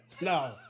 No